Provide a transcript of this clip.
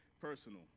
personal